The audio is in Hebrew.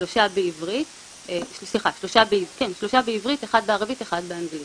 שלושה בעברית, אחד בערבית,